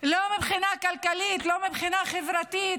לא מבחינה כלכלית ולא מבחינה חברתית.